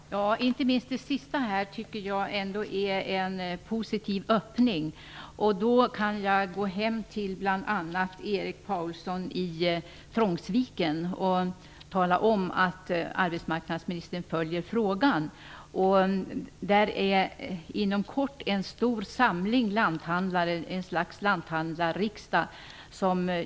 Fru talman! Inte minst det sista som arbetsmarknadsministern sade är trots allt en positiv öppning. Jag kan gå hem till bl.a. Erik Paulsson i Trångsviken och tala om att arbetsmarknadsministern följer frågan. Inom kort träffas en stor samling lanthandlare på ett slags lanthandlarriksdag.